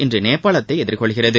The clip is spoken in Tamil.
இன்று நேபாளத்தை எதிர்கொள்கிறது